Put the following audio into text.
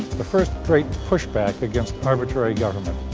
the first great push back against arbitrary government.